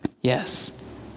Yes